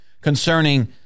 concerning